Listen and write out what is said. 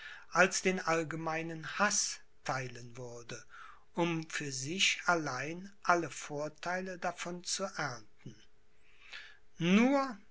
als den allgemeinen haß theilen würde um für sich allein alle vortheile davon zu ernten nur